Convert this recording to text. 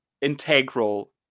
integral